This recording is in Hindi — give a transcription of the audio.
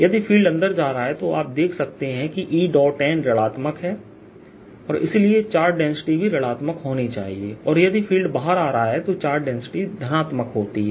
यदि फ़ील्ड अंदर जा रहा है तो आप देख सकते हैं कि En ऋणआत्मक है और इसलिए चार्ज डेंसिटी भी ऋणआत्मक होनी चाहिए और यदि फ़ील्ड बाहर आ रहा है तो चार्ज डेंसिटी धनात्मक होती है